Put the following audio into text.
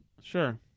Sure